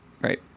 Right